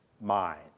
mind